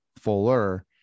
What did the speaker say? fuller